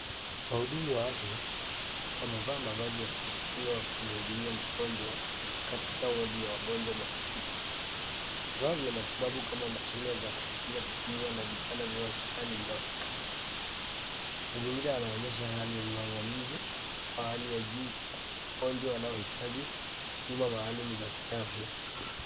Wahudumu wa afya au wamevaa mavazi ya kujikinga wakimhudumia mgonjwa katika wodi ya wagonjwa mahututi. Vifaa vya matibabu kama mashine za kusikia kupumua na vitanda vya hospitali vinaonekana. Mazingira yanaonyesha hali ya uangalizi wa hali ya juu kwa wagonjwa wanaohitaji huduma maalum za kiafya.